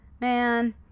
Man